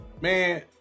man